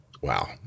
wow